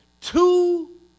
two